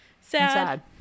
sad